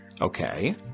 Okay